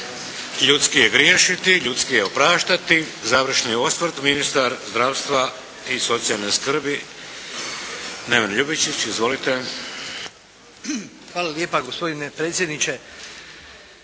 Ljudski je griješiti, ljudski je opraštati. Završni osvrt, ministar zdravstva i socijalne skrbi Neven LJubičić. Izvolite. **Ljubičić, Neven (HDZ)** Hvala lijepa gospodine predsjedniče.